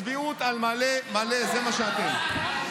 צביעות על מלא מלא, זה מה שאתם.